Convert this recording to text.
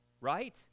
right